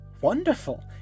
wonderful